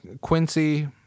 Quincy